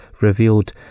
revealed